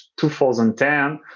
2010